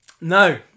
No